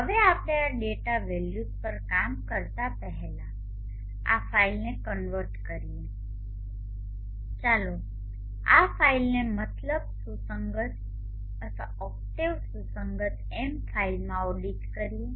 હવે આપણે આ ડેટા વેલ્યુઝ પર કામ કરતા પહેલા ચાલો આ ફાઈલને કન્વર્ટ કરીએ ચાલો આ ફાઇલને MATLAB સુસંગત અથવા ઓક્ટેવ સુસંગત M ફાઇલમાં એડિટ કરીએ